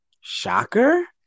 Shocker